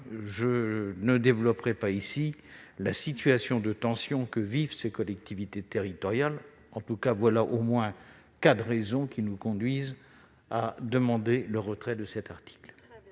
je ne développerai pas la situation de tension que vivent ces collectivités territoriales. Voilà au moins quatre raisons qui nous conduisent à demander la suppression de cet article.